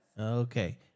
Okay